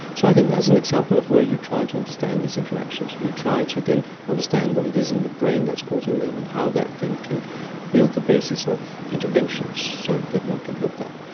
so i think that's an example of where you try to understand these interactions and you try to then understand what it is in the brain that's causing them, and how that then can build the basis of interventions, so that one can help that.